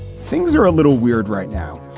things are a little weird right now.